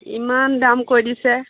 ইমান দাম কৈ দিছে